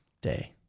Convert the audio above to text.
day